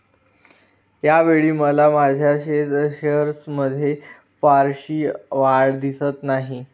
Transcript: यावेळी मला माझ्या शेअर्समध्ये फारशी वाढ दिसत नाही